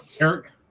Eric